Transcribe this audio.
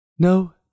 No